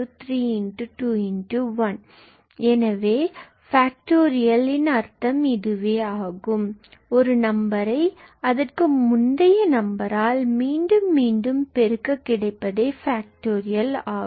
1 எனவே இதுவேஃபேக்டோரியல் அர்த்தமாகும் ஒரு நம்பரை அதற்கு முந்தைய நம்பரால் மீண்டும் பெருக்க கிடைப்பதே ஃபேக்டோரியல் ஆகும்